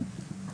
בבקשה.